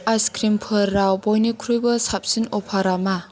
आइसक्रिमफोराव बयनिख्रुइबो साबसिन अफारा मा